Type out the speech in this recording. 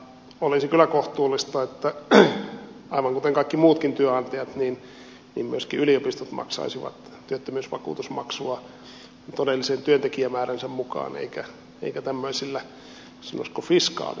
olisi kyllä kohtuullista että aivan kuten kaikki muutkin työnantajat myöskin yliopistot maksaisivat työttömyysvakuutusmaksua todellisen työntekijämääränsä mukaan eikä tämmöisillä sanoisiko fiskaalisilla perusteilla